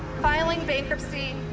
filing bankruptcy,